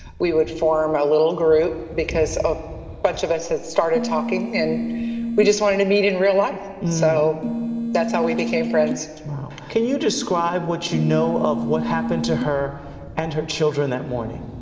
we would form a little group because a bunch of us had started talking. and we just wanted to meet in real life. so that's how we became friends. reporter can you describe what you know of what happened to her and her children that morning?